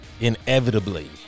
inevitably